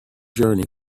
journey